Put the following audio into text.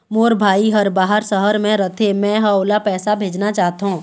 मोर भाई हर बाहर शहर में रथे, मै ह ओला पैसा भेजना चाहथों